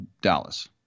Dallas